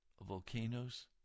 volcanoes